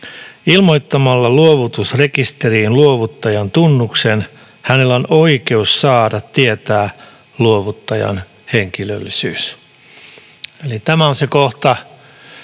Ilmoittamalla luovutusrekisteriin luovuttajan tunnuksen hänellä on oikeus saada tietää luovuttajan henkilöllisyys.” Eli tämä on se kohta,